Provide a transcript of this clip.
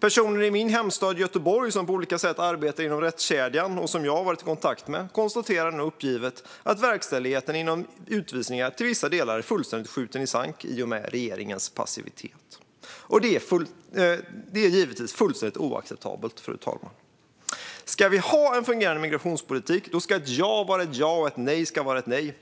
Personer i min hemstad Göteborg, som på olika sätt arbetar inom rättskedjan och som jag har varit i kontakt med, konstaterar nu uppgivet att verkställigheten inom utvisningar till vissa delar är fullständigt skjuten i sank i och med regeringens passivitet. Det är givetvis fullständigt oacceptabelt. Ska vi ha en fungerande migrationspolitik, då ska ett ja vara ett ja och ett nej vara ett nej.